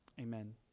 Amen